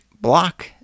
block